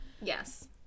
yes